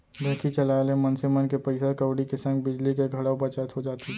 ढेंकी चलाए ले मनसे मन के पइसा कउड़ी के संग बिजली के घलौ बचत हो जाथे